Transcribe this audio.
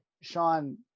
Sean